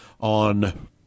on